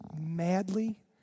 madly